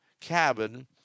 cabin